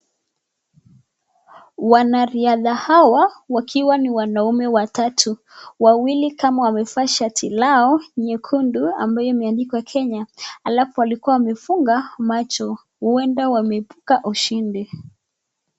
Wanariadha hawa wakiwa ni wanaume watatu. Wawili kama wamevaa shati lao nyekundu ambayo imeandikwa Kenya halafu walikuwa wamefunga macho. Huenda wamepata ushindi.